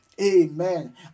Amen